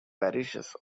parishes